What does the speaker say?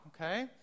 okay